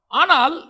anal